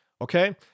Okay